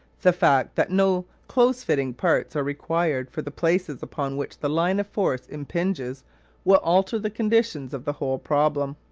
the fact that no close-fitting parts are required for the places upon which the line of force impinges will alter the conditions of the whole problem.